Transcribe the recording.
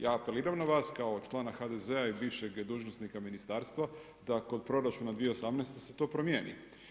Ja apeliram na vas kao člana HDZ-a i bivšeg dužnosnika ministarstva, da kod proračuna 2018. se to promijeni.